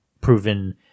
proven